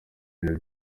ibintu